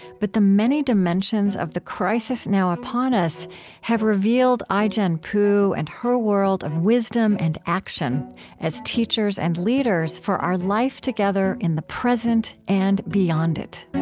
but the many dimensions of the crisis now upon us have revealed ai-jen poo and her world of wisdom and action as teachers and leaders for our life together in the present and beyond it